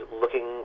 looking